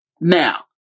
now